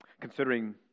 Considering